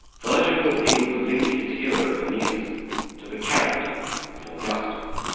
virgil was able to link his hero aeneas to the character of augustus.